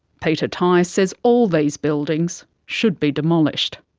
peter tighe says all these buildings should be demolished.